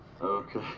Okay